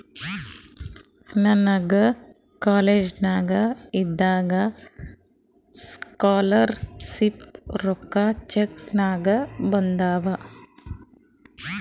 ನನಗ ಕಾಲೇಜ್ನಾಗ್ ಇದ್ದಾಗ ಸ್ಕಾಲರ್ ಶಿಪ್ ರೊಕ್ಕಾ ಚೆಕ್ ನಾಗೆ ಬಂದಾವ್